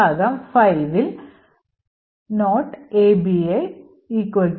വിഭാഗം 5ഇൽ